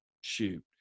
shoot